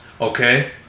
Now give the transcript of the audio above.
Okay